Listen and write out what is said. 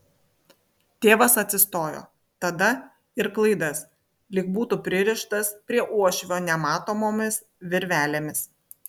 tėvas atsistojo tada ir klaidas lyg būtų pririštas prie uošvio nematomomis virvelėmis